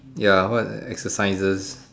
ya what are the exercises